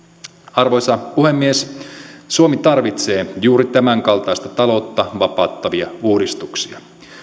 arvoisa puhemies suomi tarvitsee juuri tämänkaltaisia taloutta vapauttavia uudistuksia